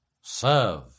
Serve